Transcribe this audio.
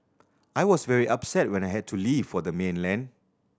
I was very upset when I had to leave for the mainland